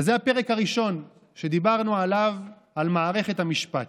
אז זה הפרק הראשון שדיברנו עליו, על מערכת המשפט.